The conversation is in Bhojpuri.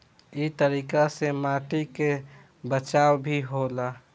इ तरीका से माटी के बचाव भी होला